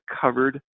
covered